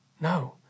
No